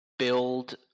build